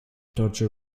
dodger